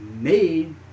made